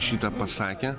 šitą pasakė